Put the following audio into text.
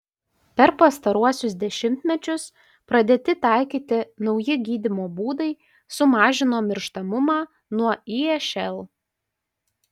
per pastaruosius dešimtmečius pradėti taikyti nauji gydymo būdai sumažino mirštamumą nuo išl